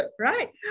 right